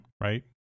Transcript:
right